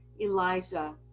Elijah